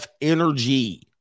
Energy